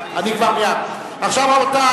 רבותי,